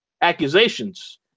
accusations